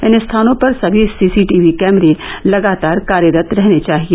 इन स्थानों पर सभी सीसीटीवी कैमरे लगतार कार्यरत रहने चाहिए